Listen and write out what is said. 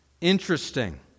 Interesting